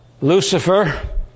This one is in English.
Lucifer